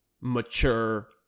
mature